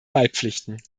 beipflichten